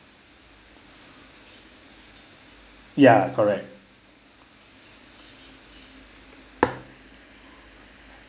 ya correct